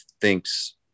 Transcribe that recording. thinks